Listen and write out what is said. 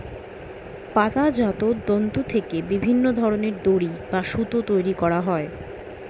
পাতাজাত তন্তু থেকে বিভিন্ন ধরনের দড়ি বা সুতো তৈরি করা হয়